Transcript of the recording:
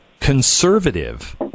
conservative